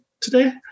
today